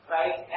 right